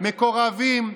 מקורבים,